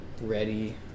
ready